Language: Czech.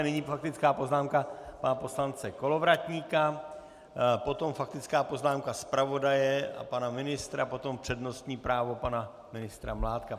Nyní faktická poznámka pana poslance Kolovratníka, potom faktická poznámka zpravodaje a pana ministra, potom přednostní právo pana ministra Mládka.